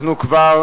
אנחנו כבר